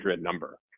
number